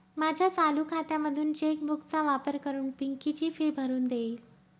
माझ्या चालू खात्यामधून चेक बुक चा वापर करून पिंकी ची फी भरून देईल